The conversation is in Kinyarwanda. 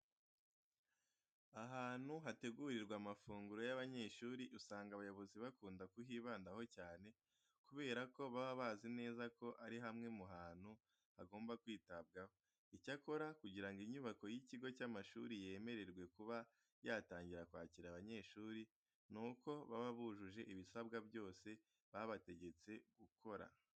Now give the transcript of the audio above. Ahantu hategurirwa amafunguro y'abanyeshuri usanga abayobozi bakunda kuhibandaho cyane kubera ko baba bazi neza ko ari hamwe mu hantu hagomba kwitabwaho. Icyakora kugira ngo inyubako y'ikigo cy'amashuri yemererwe kuba yatangira kwakira abanyeshuri, nuko baba bujuje ibisabwa byose babategetse gukora.